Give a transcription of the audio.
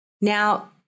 Now